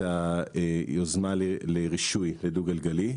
היוזמה לרישוי הדו גלגלי,